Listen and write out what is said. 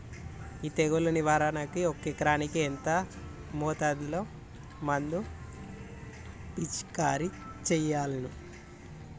ఈ తెగులు నివారణకు ఒక ఎకరానికి ఎంత మోతాదులో మందు పిచికారీ చెయ్యాలే?